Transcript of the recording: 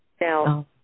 Now